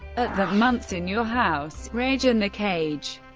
at that month's in your house rage in the cage,